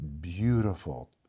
beautiful